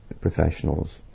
professionals